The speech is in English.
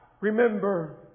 remember